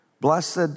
Blessed